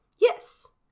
Yes